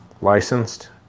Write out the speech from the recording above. Licensed